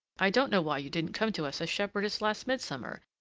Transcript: i don't know why you didn't come to us as shepherdess last midsummer.